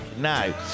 Now